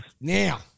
Now